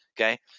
okay